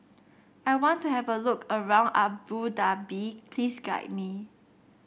I want to have a look around Abu Dhabi please guide me